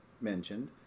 mentioned